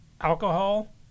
alcohol